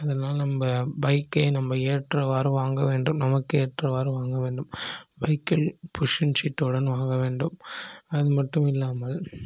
அதனால் நம்ப பைக்கை நம்ப ஏற்றவாறு வாங்க வேண்டும் நமக்கு ஏற்றவாறு வாங்க வேண்டும் பைக்கில் புஷ்ஷன் சீட்டுடன் வாங்க வேண்டும் அது மட்டும் இல்லாமல்